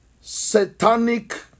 satanic